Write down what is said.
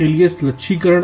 के लिए लक्ष्यीकरण